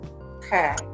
Okay